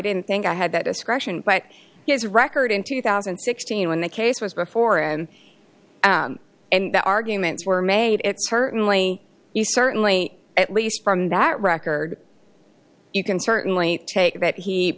didn't think i had that discretion but his record in two thousand and sixteen when the case was before and and the arguments were made it certainly you certainly at least from that record you can certainly take that he